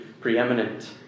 preeminent